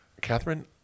Catherine